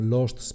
Lost